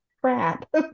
crap